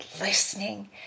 listening